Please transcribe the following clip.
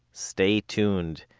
stay tuned.